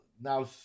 now